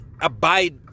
abide